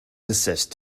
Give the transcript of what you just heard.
desist